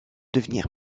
devenir